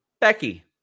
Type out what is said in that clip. Becky